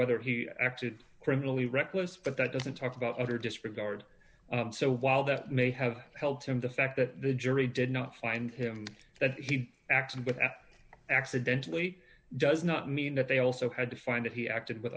whether he acted criminally reckless but that doesn't talk about utter disregard so while that may have helped him the fact that the jury did not find him that he acted with accidentally does not mean that they also had to find that he acted with